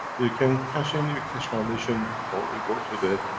you can cash in your keshe foundation or we go to the,